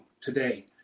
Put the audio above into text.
today